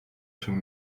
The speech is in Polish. się